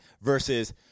versus